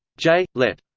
j. lett.